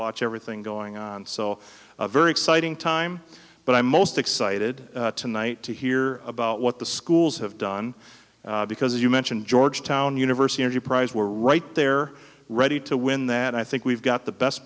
watch everything going on so a very exciting time but i'm most excited tonight to hear about what the schools have done because as you mentioned georgetown university prize were right there ready to win that i think we've got the best